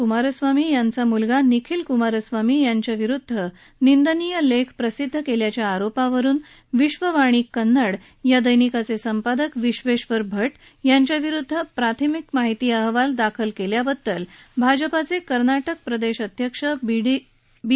कुमारस्वामी यांचा मुलगा निखिल कुमार स्वामी याच्या विरुद्ध निंदनीय लेख प्रसिद्ध केल्याच्या आरोपावरुन विश्ववाणी कन्नड या दैनिकाचे संपादक विश्वेश्वर भट यांच्याविरुद्ध प्राथमिक माहिती अहवाल दाखल केल्याबाबत भाजपाचे कर्नाटक प्रदेश अध्यक्ष बी